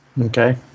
Okay